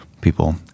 People